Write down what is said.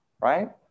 right